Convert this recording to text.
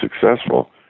successful